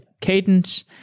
Cadence